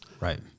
Right